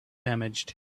damaged